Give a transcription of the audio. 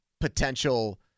potential